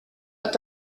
hat